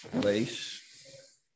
place